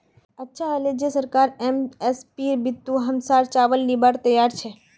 अच्छा हले जे सरकार एम.एस.पीर बितु हमसर चावल लीबार तैयार छ